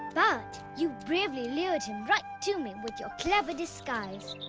but you bravely lured him right to me with your clever disguise.